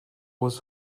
was